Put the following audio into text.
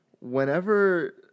whenever